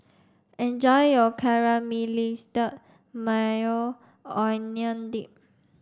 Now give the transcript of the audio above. enjoy your Caramelized Maui Onion Dip